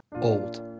old